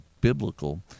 biblical